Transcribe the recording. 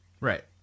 right